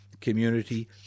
community